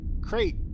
Crate